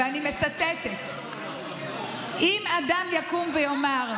ואני מצטטת: אם אדם יקום ויאמר: